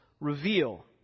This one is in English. reveal